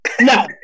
No